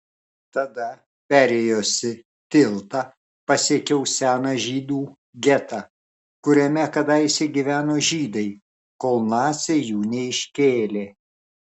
tada perėjusi tiltą pasiekiau seną žydų getą kuriame kadaise gyveno žydai kol naciai jų neiškėlė